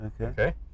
Okay